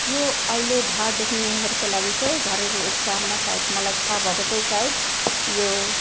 यो अहिले ढाँड धुख्नेहरूको लागि चाहिँ घरेलु उपचारमा सायद मलाई थाहा भएको चाहिँ सायद यो